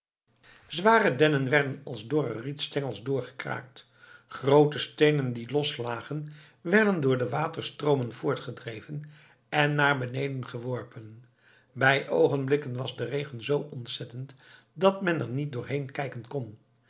zware dennen werden als dorre rietstengels doorgekraakt groote steenen die los lagen werden door de waterstroomen voortgedreven en naar beneden geworpen bij oogenblikken was de regen zoo ontzettend dat men er niet doorheen kijken kon